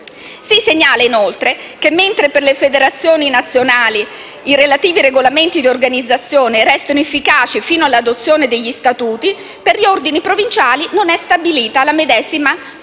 Si segnala inoltre che, mentre per le federazioni nazionali i relativi regolamenti di organizzazione restano efficaci fino all'adozione degli statuti, per gli ordini provinciali non è stabilita la medesima previsione;